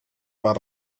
pels